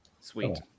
Sweet